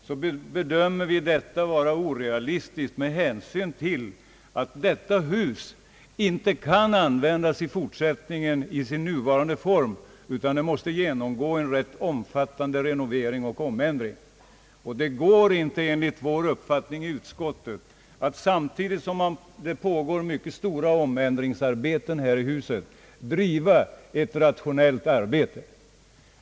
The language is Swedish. Vi bedömer detta alternativ vara orealistiskt med hänsyn till att detta hus inte kan användas i fortsättningen i sin nuvarande form, utan måste genomgå en rätt omfattande renovering och omändring. Enligt vår uppfattning går det inte att samtidigt som det pågår mycket stora omändringsarbeten här i huset driva ett rationellt arbete.